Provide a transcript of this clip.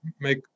make